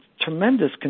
tremendous